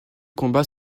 combats